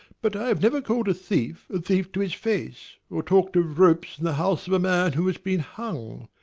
but i have never called a thief a thief to his face, or talked of ropes in the house of a man who had been hung.